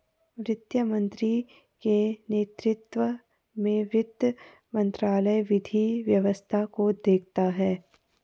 वित्त मंत्री के नेतृत्व में वित्त मंत्रालय विधि व्यवस्था को देखता है